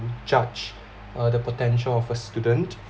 judge uh the potential of a student